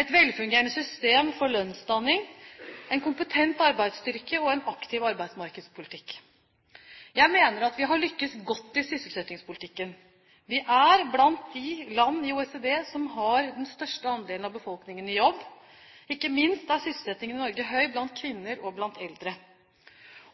et velfungerende system for lønnsdanning, en kompetent arbeidsstyrke og en aktiv arbeidsmarkedspolitikk. Jeg mener at vi har lyktes godt i sysselsettingspolitikken. Vi er blant de land i OECD som har den største andelen av befolkningen i jobb – ikke minst er sysselsettingen i Norge høy blant kvinner og blant eldre.